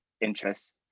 interests